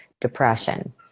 depression